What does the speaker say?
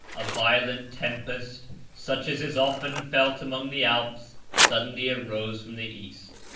a violent tempest, such as is often felt among the alps, suddenly arose from the east.